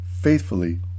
faithfully